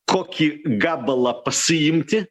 kokį gabalą pasiimti